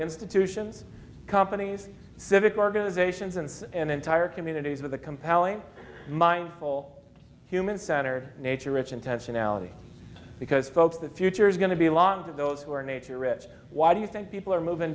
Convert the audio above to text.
institutions companies civic organizations and and entire communities of the compelling mindful human centered nature rich intentionality because folks the future is going to be lots of those who are nature rich why do you think people are moving